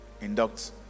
induct